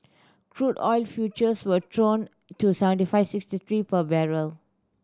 crude oil futures were down to seventy five sixty three per barrel